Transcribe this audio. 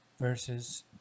versus